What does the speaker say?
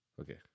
Okay